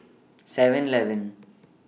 Seven Eleven